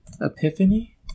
Epiphany